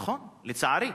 נכון, נכון, לצערי.